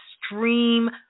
extreme